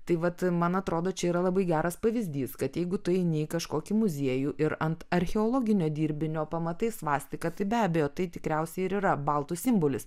tai vat man atrodo čia yra labai geras pavyzdys kad jeigu tu eini į kažkokį muziejų ir ant archeologinio dirbinio pamatai svastika tai be abejo tai tikriausiai ir yra baltų simbolis